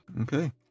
okay